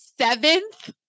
seventh